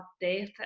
death